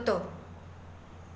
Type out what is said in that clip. कुतो